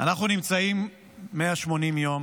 אנחנו נמצאים 180 יום